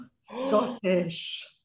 Scottish